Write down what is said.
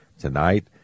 Tonight